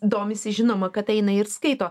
domisi žinoma kad eina ir skaito